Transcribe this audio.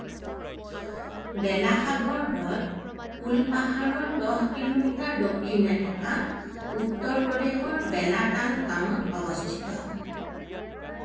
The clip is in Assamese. বেলাসাগৰ হ্ৰদ কুলপাহাৰৰ দহ কিলোমিটাৰ দক্ষিণে থকা উত্তৰ প্ৰদেশৰ বেলাতাল গাঁৱত অৱস্থিত